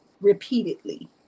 repeatedly